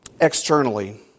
externally